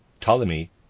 Ptolemy